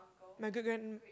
my great grand